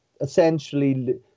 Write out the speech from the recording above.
essentially